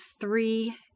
three